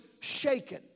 shaken